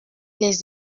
les